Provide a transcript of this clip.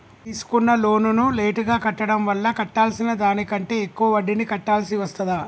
తీసుకున్న లోనును లేటుగా కట్టడం వల్ల కట్టాల్సిన దానికంటే ఎక్కువ వడ్డీని కట్టాల్సి వస్తదా?